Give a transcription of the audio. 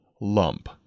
lump